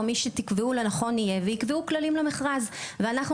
מי שתקבעו לנכון יהיה ויקבעו כללים למכרז ואנחנו